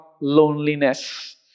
loneliness